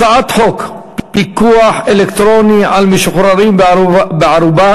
הצעת חוק פיקוח אלקטרוני על משוחררים בערובה